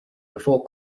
before